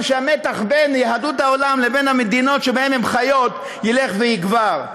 שהמתח בין יהדות העולם לבין המדינות שבהן הם חיים ילך ויגבר?